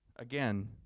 Again